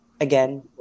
again